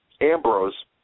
Ambrose